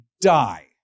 die